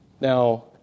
Now